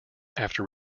after